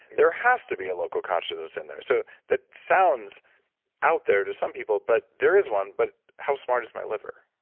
there has to be a local consciousness in there. so that sounds out there to some people but there is one but how smart is my liver?